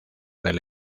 del